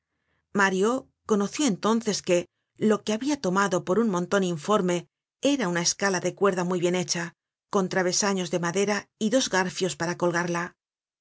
mario conoció entonces que lo que habia tomado por un monton informe era una escala de cuerda muy bien hecha con travesanos de madera y dos garfios para colgarla